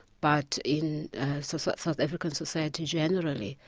but in so sort of south african society generally.